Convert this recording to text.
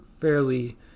fairly